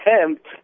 attempt